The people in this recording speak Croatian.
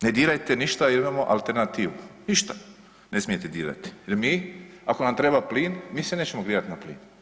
Ne dirajte ništa jer imamo alternativu, ništa ne smijete dirati jer mi ako nam treba plin, mi se nećemo grijati na plin.